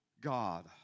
God